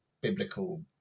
biblical